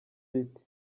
riti